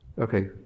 Okay